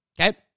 okay